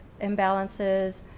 imbalances